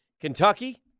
Kentucky